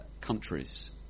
countries